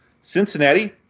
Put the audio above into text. Cincinnati